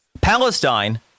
Palestine